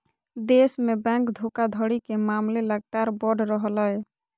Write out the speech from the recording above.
देश में बैंक धोखाधड़ी के मामले लगातार बढ़ रहलय